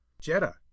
Jetta